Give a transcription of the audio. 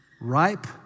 ripe